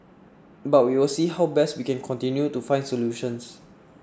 but we will see how best we can continue to find solutions